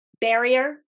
barrier